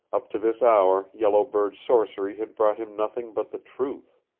up to this hour yellow bird's sorcery had brought him nothing but the truth.